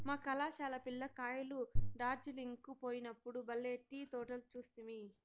మా కళాశాల పిల్ల కాయలు డార్జిలింగ్ కు పోయినప్పుడు బల్లే టీ తోటలు చూస్తిమి